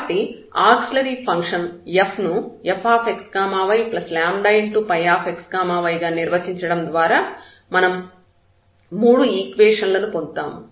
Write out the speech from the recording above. కాబట్టి auxiliary function F ను fxyϕxy గా నిర్వచించడం ద్వారా మనం మూడు ఈక్వేషన్ లను పొందుతాము